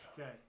Okay